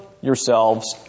yourselves